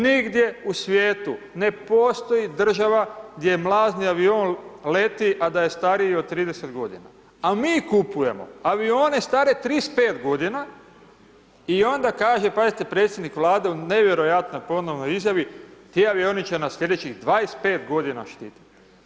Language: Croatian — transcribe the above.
Nigdje u svijetu ne postoji država gdje mlazni avion leti, a da je stariji od 30 godina, a mi kupujemo avione stare 35 godina i onda kaže pazite predsjednik Vlade u nevjerojatnoj ponovnoj izjavi, ti avioni će nas slijedećih 25 godina štititi.